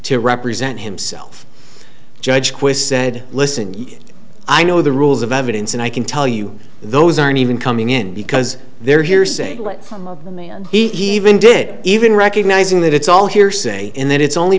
to represent himself judge quist said listen i know the rules of evidence and i can tell you those aren't even coming in because they're hearsay from a man even did even recognizing that it's all hearsay and that it's only